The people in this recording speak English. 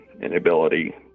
inability